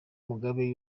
mugabe